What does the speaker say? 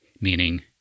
Meaning